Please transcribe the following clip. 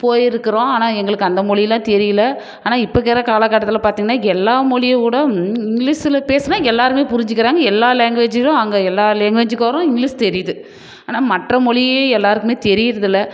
போயிருக்கிறோம் ஆனால் எங்களுக்கு அந்த மொழிலாம் தெரியல ஆனால் இப்போ இருக்கிற கால கட்டத்தில் பார்த்திங்கன்னா எல்லா மொழியவிட இங்கிலீஷில் பேசுனால் எல்லாருமே புரிஞ்சுக்கிறாங்க எல்லா லேங்வேஜும் அங்கே எல்லா லேங்வேஜுகாரரும் இங்கிலீஷ் தெரியுது ஆனால் மற்ற மொழி எல்லாருக்குமே தெரிகிறதில்ல